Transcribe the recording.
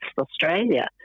Australia